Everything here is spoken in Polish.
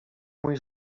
mój